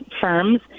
firms